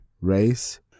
race